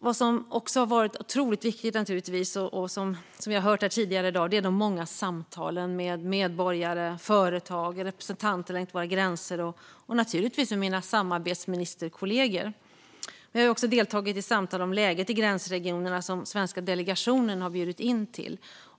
Vad som också har varit otroligt viktigt, som vi hört här tidigare i dag, är de många samtalen med medborgare, företag, representanter längs våra gränser och mina samarbetsministerkollegor. Jag har också deltagit i samtal om läget i gränsregionerna som den svenska delegationen har bjudit in till.